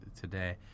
today